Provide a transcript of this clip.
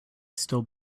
still